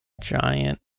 Giant